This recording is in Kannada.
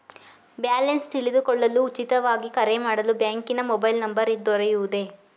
ಬ್ಯಾಲೆನ್ಸ್ ತಿಳಿದುಕೊಳ್ಳಲು ಉಚಿತವಾಗಿ ಕರೆ ಮಾಡಲು ಬ್ಯಾಂಕಿನ ಮೊಬೈಲ್ ನಂಬರ್ ದೊರೆಯುವುದೇ?